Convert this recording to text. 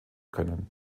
können